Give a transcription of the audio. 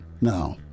No